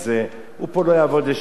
הוא לא יעבוד לשם שמים,